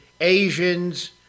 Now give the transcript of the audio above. Asians